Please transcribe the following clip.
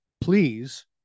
Please